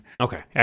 okay